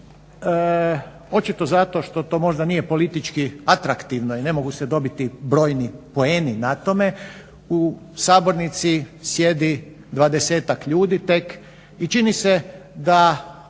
očito zato što to možda nije politički atraktivno i ne mogu se dobiti brojni poeni na tome u sabornici sjedi dvadesetak ljudi tek i čini se da